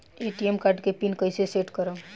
ATM card के पिन कैसे सेट करम?